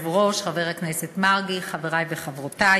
לתושבי הדרום על-פי חוק ביטוח בריאות ממלכתי?